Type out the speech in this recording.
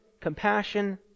compassion